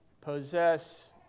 possess